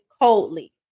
coldly